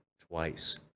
twice